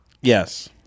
Yes